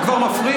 אתה כבר מפריע?